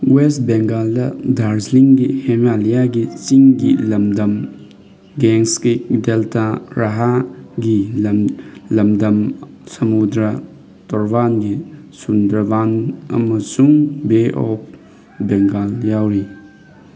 west ꯕꯦꯡꯒꯥꯜꯗ ꯗꯥꯔꯖꯤꯂꯤꯡꯒꯤ ꯍꯤꯃꯥꯂꯌꯥꯒꯤ ꯆꯤꯡꯒꯤ ꯂꯝꯗꯝ ꯒꯦꯡꯁ ꯀꯤ ꯗꯦꯜꯇꯥ ꯔꯥꯔꯍꯒꯤ ꯂꯝ ꯂꯝꯗꯝ ꯁꯃꯨꯗ꯭ꯔ ꯇꯣꯔꯕꯥꯡꯒꯤ ꯁꯨꯟꯗꯔꯕꯟꯁ ꯑꯃꯁꯨꯡ ꯕꯦ ꯑꯣꯐ ꯕꯦꯡꯒꯥꯜ ꯌꯥꯎꯔꯤ